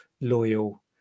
loyal